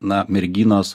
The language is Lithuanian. na merginos